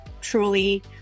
truly